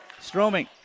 Stroming